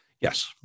Yes